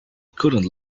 couldn’t